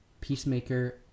Peacemaker